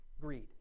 greed